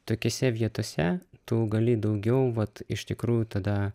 tokiose vietose tu gali daugiau vat iš tikrųjų tada